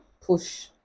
push